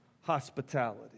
hospitality